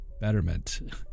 betterment